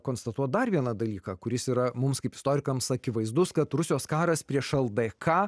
konstatuot dar vieną dalyką kuris yra mums kaip istorikams akivaizdus kad rusijos karas prieš ldk